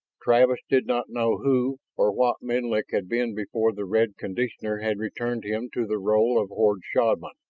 travis did not know who or what menlik had been before the red conditioner had returned him to the role of horde shaman.